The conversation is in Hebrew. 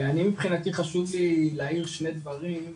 אני מבחינתי חשוב לי להעיר שני דברים,